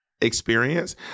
experience